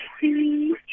see